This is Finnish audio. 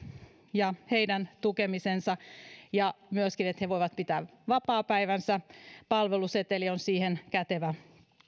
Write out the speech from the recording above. ja heidän tukemisensa ja myöskin se että he voivat pitää vapaapäivänsä palveluseteli on siihen kätevä